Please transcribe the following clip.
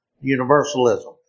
universalism